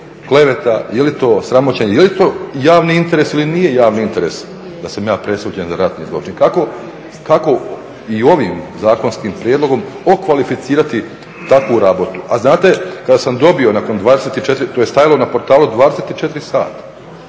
je li to sramoćenje, je li to javni interes ili nije javni interes da sam ja presuđen za ratni zločin? Kako i ovim zakonskim prijedlogom okvalificirati takvu …? A znate kada sam dobio nakon 24, to je stajalo na portalu 24 sata,